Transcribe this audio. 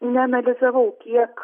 neanalizavau kiek